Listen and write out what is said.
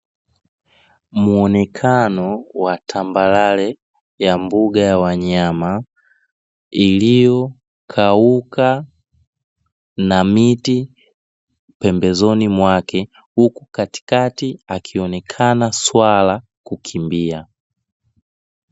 Muonekano wa tambarare ya mbuga ya wanyama iliyokauka na miti pembezoni mwake, huku katikati akionekana swala kukimbia.